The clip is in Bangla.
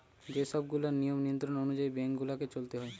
যে সব গুলা নিয়ম নিয়ন্ত্রণ অনুযায়ী বেঙ্ক গুলাকে চলতে হয়